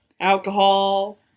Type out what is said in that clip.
alcohol